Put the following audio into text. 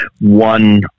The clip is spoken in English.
one